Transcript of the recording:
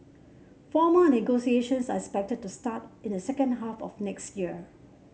formal negotiations are expected to start in the second half of next year